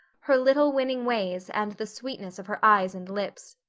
her little winning ways, and the sweetness of her eyes and lips.